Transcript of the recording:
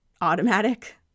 automatic